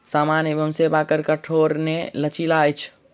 सामान एवं सेवा कर कठोर नै लचीला अछि